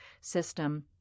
system